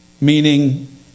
meaning